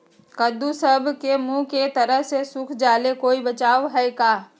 कददु सब के मुँह के तरह से सुख जाले कोई बचाव है का?